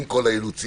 עם כל האילוצים.